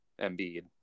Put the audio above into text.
Embiid